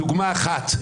דוגמה אחת.